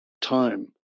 time